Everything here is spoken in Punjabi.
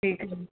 ਠੀਕ ਹੈ ਜੀ